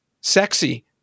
sexy